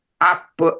up